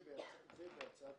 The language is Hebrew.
בהצעת